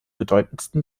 bedeutendsten